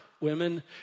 Women